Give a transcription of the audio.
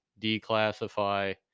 declassify